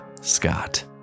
Scott